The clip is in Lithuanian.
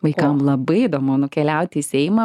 vaikam labai įdomu nukeliauti į seimą